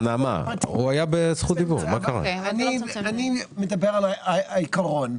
אני מדבר על העיקרון.